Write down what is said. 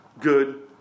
good